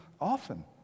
often